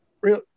real